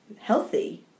healthy